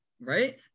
right